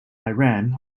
iran